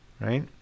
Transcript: Right